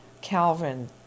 Calvin